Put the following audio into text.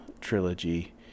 trilogy